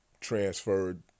transferred